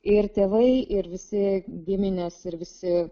ir tėvai ir visi giminės ir visi